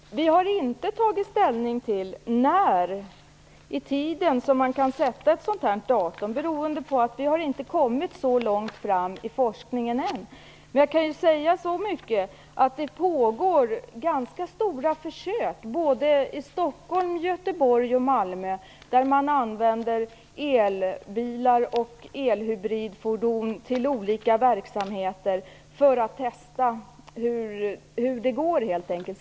Fru talman! Vi har inte tagit ställning till när i tiden man kan bestämma ett datum beroende på att vi inte har kommit så långt i forskningen än. Jag kan säga så mycket att det pågår ganska omfattande försök i Stockholm, Göteborg och Malmö. Där använder man elbilar och elhybridfordon till olika verksamheter för att testa hur det fungerar.